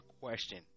question